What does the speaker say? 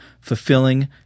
fulfilling